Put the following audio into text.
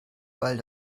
weil